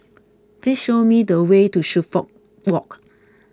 please show me the way to Suffolk Walk